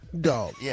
Dog